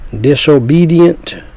disobedient